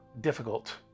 difficult